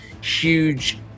huge